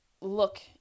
look